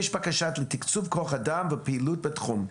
יש בקשה לתקצוב כוח אדם ופעילות בתחום.